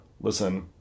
listen